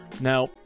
Now